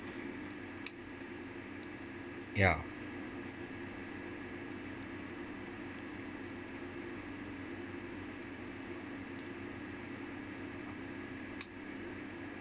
ya